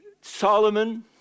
Solomon